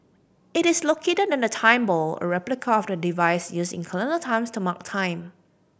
it is located near the Time Ball a replica of the device used in colonial times to mark time